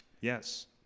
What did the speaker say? Yes